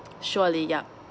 surely yup